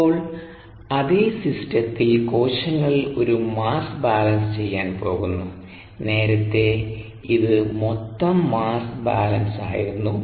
ഇപ്പോൾ അതേ സിസ്റ്റത്തിൽ കോശങ്ങളിൽ ഒരു മാസ് ബാലൻസ് ചെയ്യാൻ പോകുന്നു നേരത്തെ ഇത് മൊത്തം മാസ് ബാലൻസ് ആയിരുന്നു